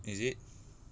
is it